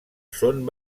són